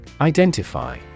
Identify